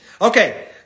Okay